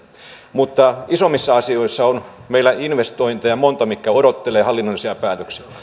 mutta isommissa asioissa on meillä investointeja monta mitkä odottelevat hallinnollisia päätöksiä